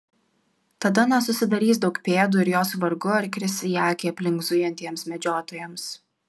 tada nesusidarys daug pėdų ir jos vargu ar kris į akį aplink zujantiems medžiotojams